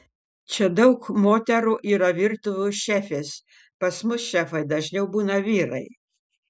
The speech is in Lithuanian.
čia daug moterų yra virtuvių šefės pas mus šefai dažniau būna vyrai